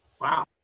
Wow